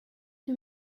him